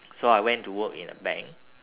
so I went to work in a bank